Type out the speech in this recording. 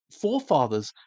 forefathers